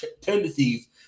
tendencies